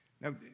Now